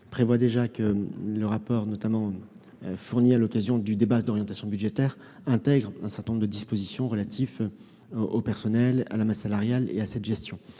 prévoit déjà que le rapport fourni à l'occasion du débat d'orientation budgétaire intègre un certain nombre de dispositions relatives au personnel, à la masse salariale et à la gestion